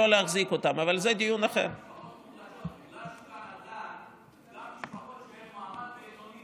את חייהם כדי לתמוך ולטפל בציבור חולי הסרטן יום אחרי יום אחרי יום.